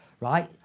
right